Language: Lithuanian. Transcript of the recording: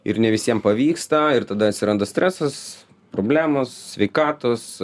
ir ne visiem pavyksta ir tada atsiranda stresas problemos sveikatos